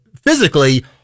physically